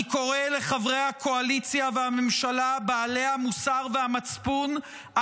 אני קורא לחברי הקואליציה והממשלה בעלי המוסר והמצפון,